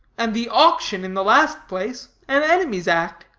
and the auction in the last place an enemy's act.